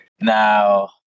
Now